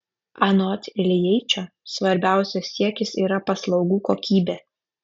anot iljeičio svarbiausias siekis yra paslaugų kokybė